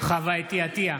חוה אתי עטייה,